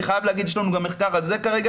חייב להגיד שיש לנו גם מחקר על זה כרגע,